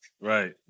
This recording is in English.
right